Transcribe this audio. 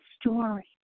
story